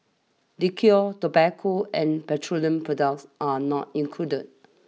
liquor tobacco and petroleum products are not included